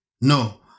No